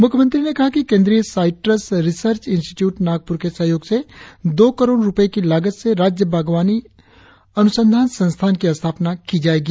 मुख्यमंत्री ने कहा कि केंद्रीय साईट्रस रिसर्च इंस्टीट्यूट नागपुर के सहयोग से दो करोड़ की लागत से राज्य बागवानी अनुसंधान संस्थान की स्थापना की जाएगी